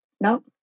Nope